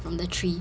from the tree